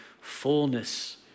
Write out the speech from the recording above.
fullness